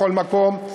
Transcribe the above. בכל מקום,